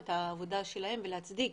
על עבודתם ולהצדיק